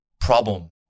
problem